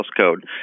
code